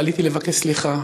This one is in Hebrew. ועליתי לבקש סליחה,